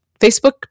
Facebook